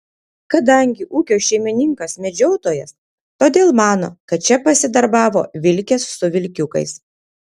kadangi ūkio šeimininkas medžiotojas todėl mano kad čia pasidarbavo vilkės su vilkiukais